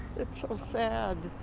it's so sad.